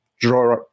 draw